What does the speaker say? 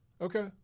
Okay